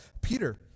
peter